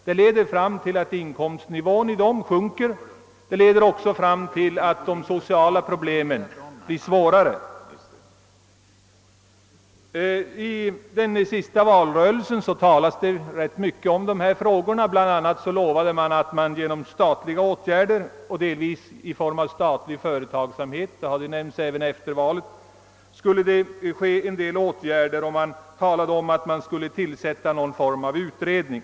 Detta leder till att inkomstnivån sjunker och till att de sociala problemen blir allt svårare. Under den senaste valrörelsen talades rätt mycket om dessa frågor. BL. a. lovade man att vidta en del statliga åtgärder — detta har även framhållits efter valet. Det talades också om att man skulle tillsätta någon form av utredning.